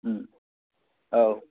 औ